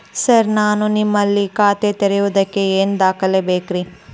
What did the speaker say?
Sir ನಾನು ನಿಮ್ಮಲ್ಲಿ ಖಾತೆ ತೆರೆಯುವುದಕ್ಕೆ ಏನ್ ದಾಖಲೆ ಬೇಕ್ರಿ?